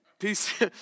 peace